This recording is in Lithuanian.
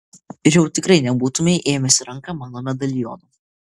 ir jau tikrai nebūtumei ėmęs į ranką mano medaliono